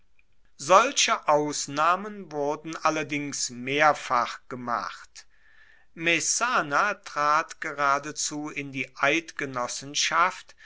solche ausnahmen wurden allerdings mehrfach gemacht messana trat geradezu in die eidgenossenschaft